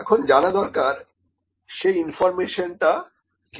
এখন জানা দরকার সেই ইনফর্মেশনটা কি